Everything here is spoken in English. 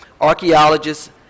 Archaeologists